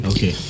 Okay